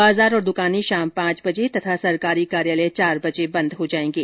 बाजार और दुकानें शाम पांच बजे तथा सरकारी कार्यालय चार बजे बंद हो जाएंगे